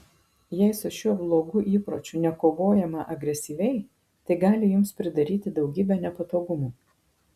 jei su šiuo blogu įpročiu nekovojama agresyviai tai gali jums pridaryti daugybę nepatogumų